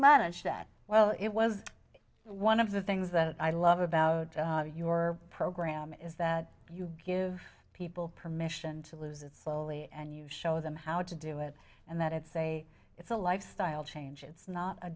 manage that well it was one of the things that i love about your program is that you give people permission to lose it slowly and you show them how to do it and that it's a it's a lifestyle change it's not a